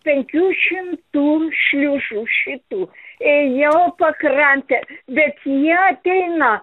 penkių šimtų šliužų šitų ėjau pakrante bet jie ateina